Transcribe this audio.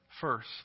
first